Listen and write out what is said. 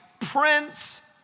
Prince